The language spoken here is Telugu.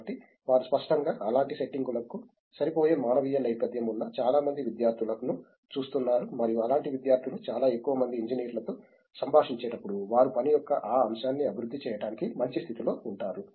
కాబట్టి వారు స్పష్టంగా అలాంటి సెట్టింగులకు సరిపోయే మానవీయ నేపథ్యం ఉన్న చాలా మంది విద్యార్థులను చూస్తున్నారు మరియు అలాంటి విద్యార్థులు చాలా ఎక్కువ మంది ఇంజనీర్లతో సంభాషించేటప్పుడు వారి పని యొక్క ఆ అంశాన్ని అభివృద్ధి చేయటానికి మంచి స్థితిలో ఉంటారు